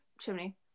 Chimney